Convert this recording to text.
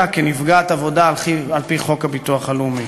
כנפגעת עבודה על-פי חוק הביטוח הלאומי.